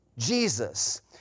Jesus